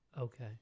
Okay